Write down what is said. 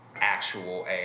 actual